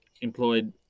employed